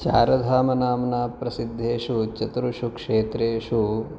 चारधामनाम्ना प्रसिद्धेषु चतुर्षु क्षेत्रेषु